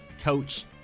coach